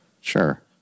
Sure